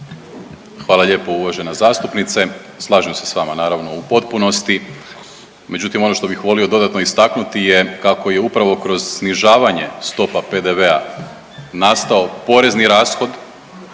Hvala lijepo uvažena zastupnice. Slažem se s vama naravno u potpunosti. Međutim, ono što bih volio dodatno istaknuti je kako je upravo kroz snižavanje stopa PDV-a nastao porezni rashod